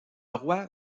roi